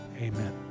Amen